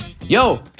yo